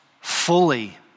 fully